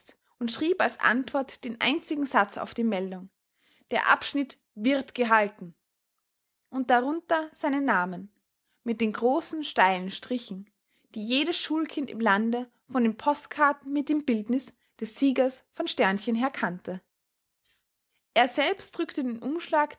und schrieb als antwort den einzigen satz auf die meldung der abschnitt wird gehalten und darunter seinen namen mit den großen steilen strichen die jedes schulkind im lande von den postkarten mit dem bildnis des siegers von her kannte er selbst drückte den umschlag